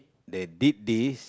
they did this